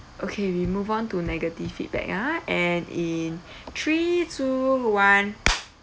okay we move on to negative feedback ah and in three two one